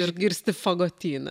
išgirsti fagotyną